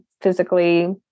physically